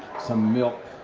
some milk,